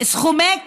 סכומי כסף,